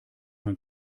man